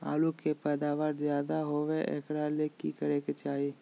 आलु के पैदावार ज्यादा होय एकरा ले की करे के चाही?